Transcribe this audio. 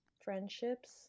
friendships